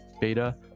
beta